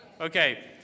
Okay